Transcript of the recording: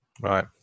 right